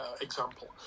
example